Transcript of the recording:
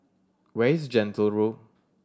where is Gentle Road